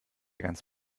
ganz